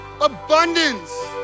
Abundance